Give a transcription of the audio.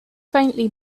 faintly